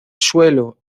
suelo